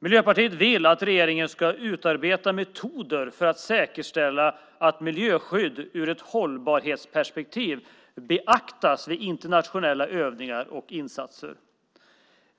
Miljöpartiet vill att regeringen ska utarbeta metoder för att säkerställa att miljöskydd ur ett hållbarhetsperspektiv beaktas vid internationella övningar och insatser.